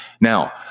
Now